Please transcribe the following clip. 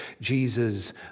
Jesus